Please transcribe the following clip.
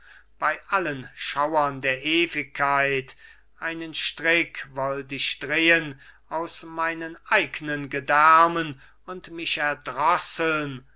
bei allen schauern der ewigkeit einen strick wollt ich drehen aus meinen eignen gedärmen und mich erdrosseln